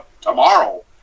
tomorrow